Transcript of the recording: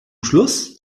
schluss